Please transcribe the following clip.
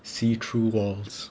see through walls